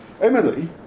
Emily